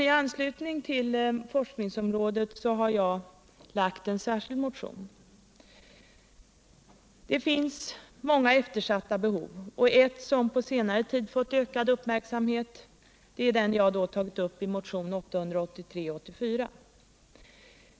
I anslutning till forskningsområdet har jag väckt en särskild motion. Det finns många eftersatta behov, och ett som på senare tid fått ökad uppmärksamhet är det jag tagit upp i motionerna 883 och 884.